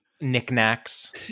knickknacks